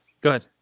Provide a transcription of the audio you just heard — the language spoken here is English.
Good